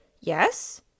Yes